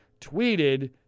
tweeted